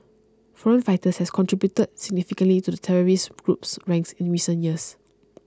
foreign fighters has contributed significantly to the terrorist group's ranks in recent years